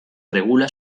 regula